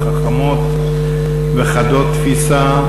החכמות וחדות התפיסה,